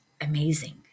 amazing